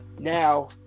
now